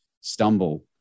stumble